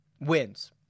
wins